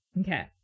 okay